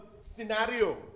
scenario